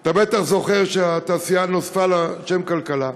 אתה בטח זוכר ש"התעשייה" נוספה לשם "כלכלה"